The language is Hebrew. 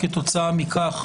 כתוצאה מכך,